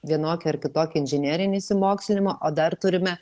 vienokį ar kitokį inžinerinį išsimokslinimą o dar turime